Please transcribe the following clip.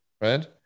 Right